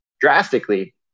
drastically